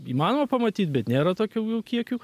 įmanoma pamatyt bet nėra tokių jau kiekių